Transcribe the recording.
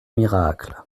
miracle